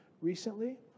recently